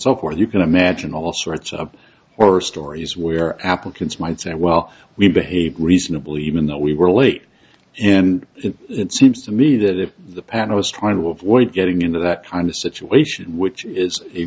so forth you can imagine all sorts of or stories where applicants might say well we behave reasonably even though we were late and it seems to me that if the panel is trying to avoid getting into that kind of situation which is a